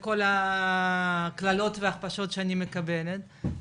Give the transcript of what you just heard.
לכל הקללות וההכפשות שאני מקבלת,